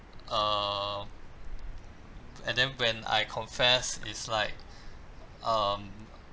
err and then when I confess is like um